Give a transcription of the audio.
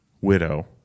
widow